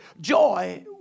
joy